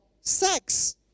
sex